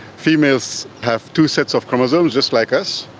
females have two sets of chromosomes, just like us,